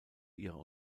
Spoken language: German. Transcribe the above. ihrer